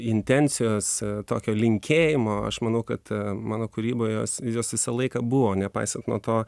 intencijos tokio linkėjimo aš manau kad mano kūryboje jos jos visą laiką buvo nepaisant nuo to